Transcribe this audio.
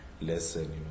lesson